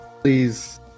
please